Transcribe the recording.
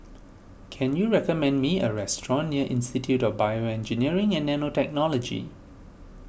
can you recommend me a restaurant near Institute of BioEngineering and Nanotechnology